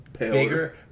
Bigger